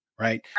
right